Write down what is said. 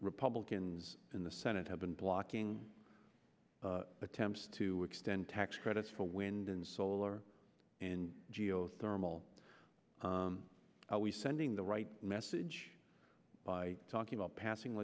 republicans in the senate have been blocking attempts to extend tax credits for wind and solar and geothermal are we sending the right message by talking about passing